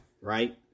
right